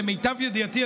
למיטב ידיעתי,